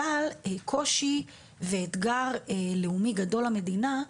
אבל קושי ואתגר לאומי גדול למדינה.